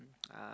uh